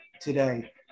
today